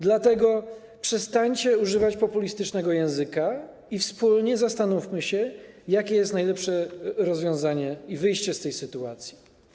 Dlatego przestańcie używać populistycznego języka i wspólnie zastanówmy się, jakie jest najlepsze rozwiązanie, wyjście z tej sytuacji.